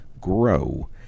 grow